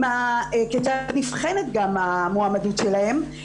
כיצד נבחנת גם המועמדות שלהן?